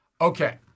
Okay